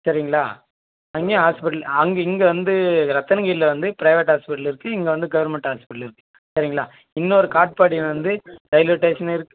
சரிங்களா அங்கேயும் ஹாஸ்பிட்டல் அங்கே இங்கே வந்து ரத்தன கீரியில் வந்து பிரைவேட் ஹாஸ்பிட்டல் இருக்குது இங்கே வந்து கவர்மெண்ட் ஹாஸ்பிட்டல் இருக்குது சரிங்களா இன்னொரு காட்பாடி வந்து ரயில்வே ஸ்டேஷன் இருக்குது